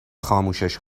خاموشش